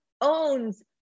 owns